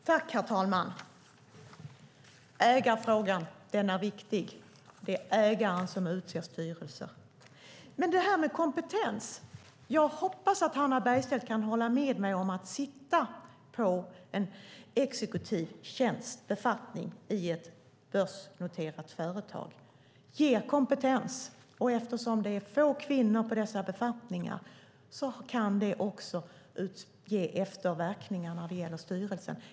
Herr talman! Ägarfrågan är viktig. Det är ägaren som utser styrelsen. När det gäller detta med kompetens hoppas jag att Hannah Bergstedt kan hålla med mig om att det ger kompetens att sitta på en exekutiv befattning i börsnoterat företag. Eftersom det är få kvinnor på dessa befattningar kan det ge efterverkningar när det gäller styrelsen.